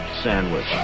Sandwich